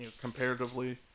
comparatively